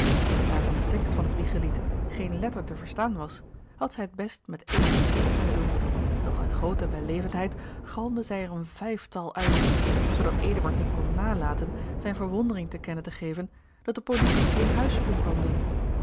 daar van den tekst van het wiegelied geene letter te verstaan was had zij het best met één couplet kunnen doen doch uit groote wellevendheid galmde zij er een vijftal uit zoodat eduard niet kon nalaten zijne verwondering te kennen te geven dat de politie geene huiszoeking kwam doen